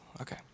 okay